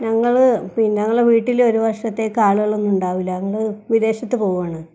ഞങ്ങള് പിന്നെ ഞങ്ങള് വീട്ടില് ഒരു വർഷത്തേക്ക് ആളുകളൊന്നും ഉണ്ടാവുകയില്ല ഞങ്ങള് വിദേശത്ത് പോകുകയാണ്